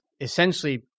essentially